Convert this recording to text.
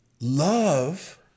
love